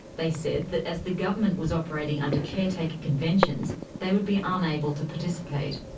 they said that as the government was operating under caretaker conventions they would be unable to participate.